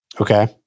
Okay